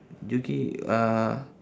jockey uh